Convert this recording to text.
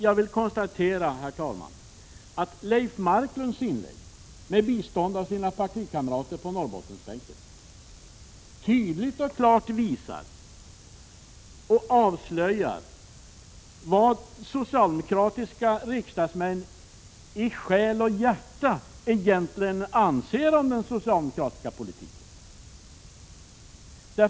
Jag vill konstatera, herr talman, att Leif Marklunds inlägg, med bistånd av hans partikamrater på Norrbottensbänken, tydligt och klart visar och avslöjar vad socialdemokratiska riksdagsmän i själ och hjärta anser om den socialdemokratiska politiken.